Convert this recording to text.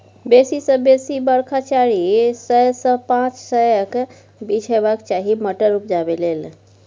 बेसी सँ बेसी बरखा चारि सय सँ पाँच सयक बीच हेबाक चाही मटर उपजाबै लेल